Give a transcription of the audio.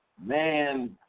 Man